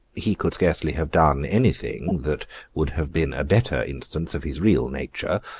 he could scarcely have done anything that would have been a better instance of his real nature,